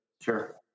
Sure